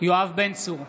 יואב בן צור,